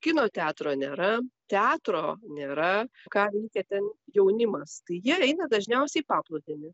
kino teatro nėra teatro nėra ką veikia ten jaunimas tai jie eina dažniausiai į paplūdimį